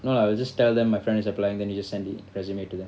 no lah I'll just tell them my friend is applying then you just send in resume to them